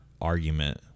argument